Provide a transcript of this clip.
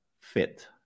fit